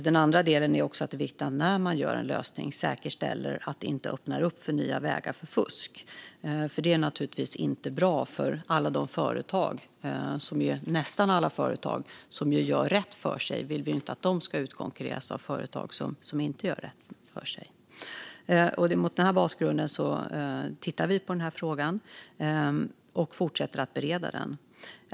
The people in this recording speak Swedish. Den andra delen är också att det är viktigt att man, när man gör en lösning, säkerställer att det inte öppnar upp för nya vägar för fusk. Det är naturligtvis inte bra för alla de företag som gör rätt för sig, vilket är nästan alla företag. Vi vill ju inte att de ska utkonkurreras av företag som inte gör rätt för sig. Mot den här bakgrunden tittar vi på frågan och fortsätter att bereda den.